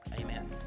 Amen